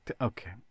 okay